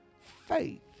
Faith